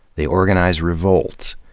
they organize revolts.